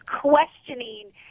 questioning